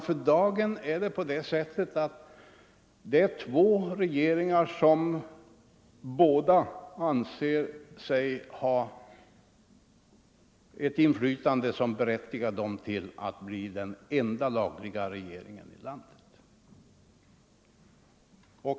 För dagen finns det två parter som båda anser sig ha ett inflytande som berättigar dem till att bli den enda lagliga regeringen i landet.